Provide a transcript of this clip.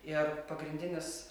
ir pagrindinis